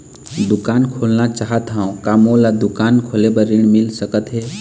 दुकान खोलना चाहत हाव, का मोला दुकान खोले बर ऋण मिल सकत हे?